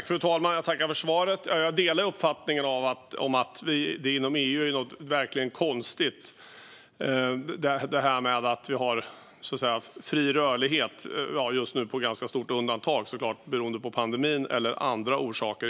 Fru talman! Jag tackar för svaret. Jag delar uppfattningen att det verkligen är konstigt att vi inom EU har fri rörlighet, just nu såklart med ganska stort undantag beroende på pandemin eller av andra orsaker.